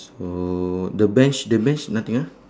so the bench the bench nothing ah